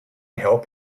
help